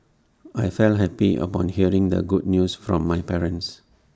I felt happy upon hearing the good news from my parents